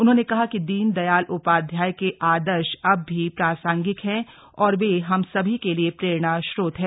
उन्होंने कहा कि दीनदयाल उपाध्याय के आदर्श अब भी प्रासंगिक हैं और वे हम सभी के लिए प्रेरणास्रोत हैं